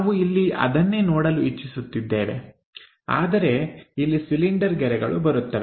ನಾವು ಇಲ್ಲಿ ಅದನ್ನೇ ನೋಡಲು ಇಚ್ಚಿಸುತ್ತಿದ್ದೇವೆ ಆದರೆ ಇಲ್ಲಿ ಸಿಲಿಂಡರ್ ಗೆರೆಗಳು ಬರುತ್ತವೆ